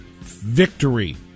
Victory